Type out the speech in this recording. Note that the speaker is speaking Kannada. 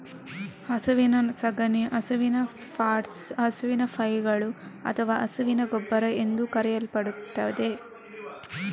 ಹಸುವಿನ ಸಗಣಿ ಹಸುವಿನ ಪಾಟ್ಸ್, ಹಸುವಿನ ಪೈಗಳು ಅಥವಾ ಹಸುವಿನ ಗೊಬ್ಬರ ಎಂದೂ ಕರೆಯಲ್ಪಡುತ್ತದೆ